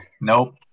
Nope